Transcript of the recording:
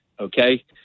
okay